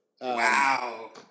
Wow